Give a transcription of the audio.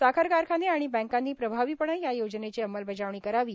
साखर कारखाने आणि बँकांनी प्रभावीपणे या योजनेची अंमलबजावणी करावी